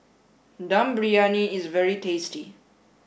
Dum Briyani is very tasty